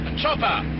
chopper